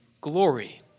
glory